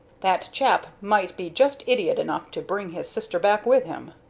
that chap might be just idiot enough to bring his sister back with him.